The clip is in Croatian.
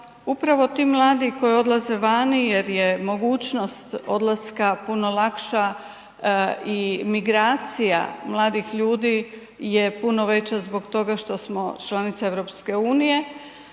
upravo ti mladi koji odlaze vani jer je mogućnost odlaska puno lakša i migracija mladih ljudi je puno veća zbog toga što smo članica EU, i